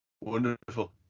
Wonderful